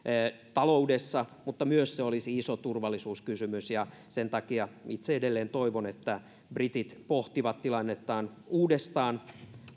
taloudessa ja se olisi myös iso turvallisuuskysymys ja sen takia itse edelleen toivon että britit pohtivat tilannettaan uudestaan